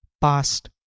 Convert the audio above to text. past